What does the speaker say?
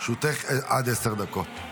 לרשותך עד עשר דקות.